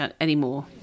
anymore